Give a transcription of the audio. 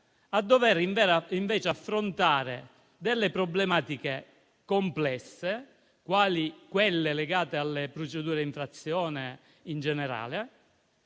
a dover invece affrontare delle problematiche complesse, quali quelle legate alle procedure di infrazione in generale,